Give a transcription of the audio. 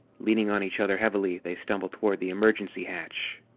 leaning on each other heavily, they stumbled toward the emergency hatch.